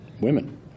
women